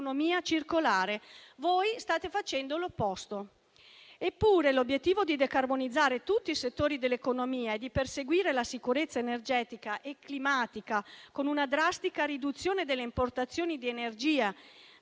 circolare. Voi state facendo l'opposto. Eppure l'obiettivo di decarbonizzare tutti i settori dell'economia e di perseguire la sicurezza energetica e climatica, con una drastica riduzione delle importazioni di energia